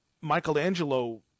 Michelangelo